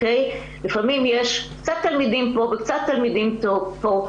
לפעמים יש קצת תלמידים פה וקצת תלמידים פה,